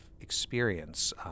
experience